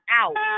out